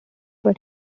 but